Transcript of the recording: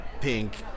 pink